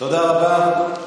תודה רבה.